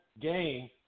game